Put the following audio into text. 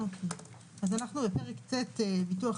אז אנחנו בפרק ט': ביטוח